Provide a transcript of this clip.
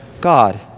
God